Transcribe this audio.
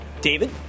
David